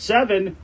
Seven